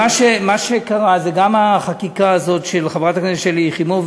מה שקרה הוא שגם הייתה החקיקה של חברת הכנסת שלי יחימוביץ,